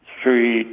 three